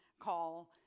call